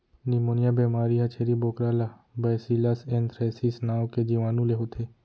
pneumonia बेमारी ह छेरी बोकरा ला बैसिलस एंथ्रेसिस नांव के जीवानु ले होथे